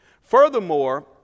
Furthermore